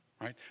right